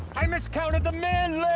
i miscounted the men,